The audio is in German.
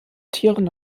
tieren